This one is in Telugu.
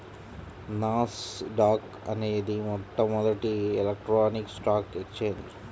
నాస్ డాక్ అనేది మొట్టమొదటి ఎలక్ట్రానిక్ స్టాక్ ఎక్స్చేంజ్